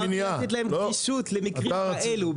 אמרתי לתת להם גמישות למקרים כאלה,